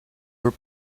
were